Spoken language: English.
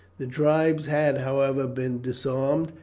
the tribe had, however, been disarmed,